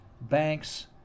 banks